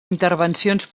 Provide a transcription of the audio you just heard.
intervencions